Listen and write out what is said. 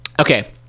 okay